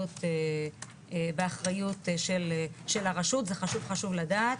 באחריות של הרשות, זה חשוב לדעת.